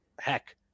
heck